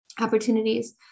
opportunities